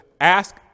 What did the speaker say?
ask